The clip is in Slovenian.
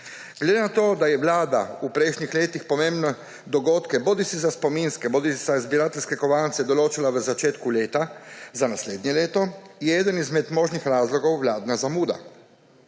Glede na to, da je vlada v prejšnjih letih pomembne dogodke bodisi za spominske bodisi za zbirateljske kovance določala v začetku leta za naslednje leto, je eden izmed možnih razlogov vladna zamuda.